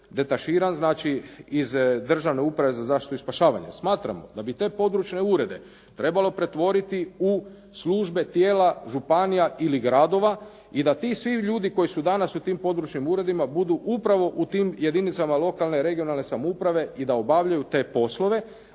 detaširan znači iz državne uprave za zaštitu i spašavanje. Smatramo da bi te područne urede trebalo pretvoriti u službe tijela županija ili gradova i da ti svi ljudi koji su danas u tim područnim uredima budu upravo u tim jedinicama lokalne regionalne samouprave i da obavljaju te poslove,